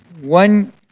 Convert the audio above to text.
one